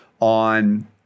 on